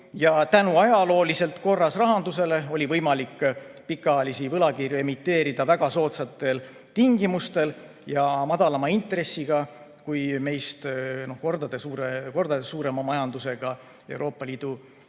ja tänu ajalooliselt korras rahandusele oli võimalik pikaajalisi võlakirju emiteerida väga soodsatel tingimustel ja madalama intressiga, kui meist mitu korda suurema majandusega Euroopa Liidu